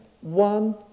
one